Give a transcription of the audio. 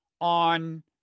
on